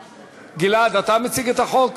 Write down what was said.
גלעד, אתה מציג את החוק?